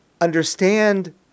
understand